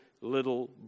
little